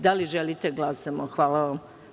Da li želite da glasamo? (Da.) Hvala vam.